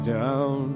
down